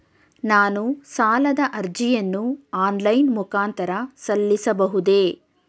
ನಾನು ಸಾಲದ ಅರ್ಜಿಯನ್ನು ಆನ್ಲೈನ್ ಮುಖಾಂತರ ಸಲ್ಲಿಸಬಹುದೇ?